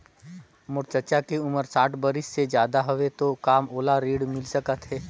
मोर चाचा के उमर साठ बरिस से ज्यादा हवे तो का ओला ऋण मिल सकत हे?